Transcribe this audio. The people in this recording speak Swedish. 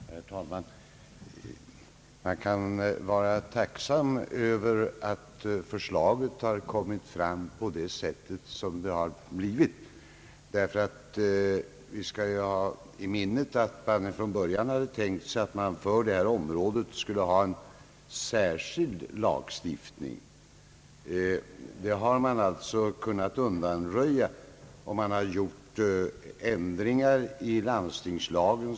Herr talman! Man kan vara tacksam över att förslaget kommit fram så som det har gjort, därför att vi skall ha i minne att man från början tänkt sig att för detta område ha en särskild lagstiftning. Det har alltså kunnat undvikas, och ändringar har gjorts i landstingslagen.